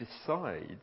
decides